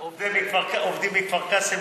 אתה יודע כמה עובדים מכפר קאסם,